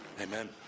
Amen